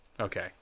okay